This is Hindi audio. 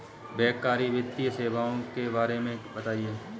बैंककारी वित्तीय सेवाओं के बारे में बताएँ?